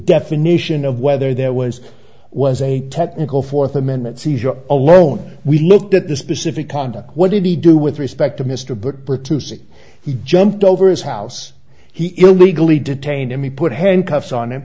definition of whether there was was a technical fourth amendment seizure alone we looked at the specific conduct what did he do with respect to mr but britain he jumped over his house he illegally detained him he put handcuffs on him